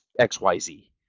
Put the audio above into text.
xyz